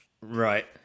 Right